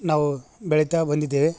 ನಾವು ಬೆಳಿತಾ ಬಂದಿದ್ದೇವೆ